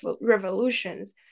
revolutions